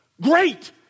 Great